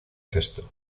gesto